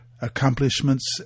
accomplishments